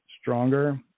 stronger